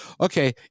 Okay